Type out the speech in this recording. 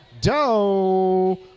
Doe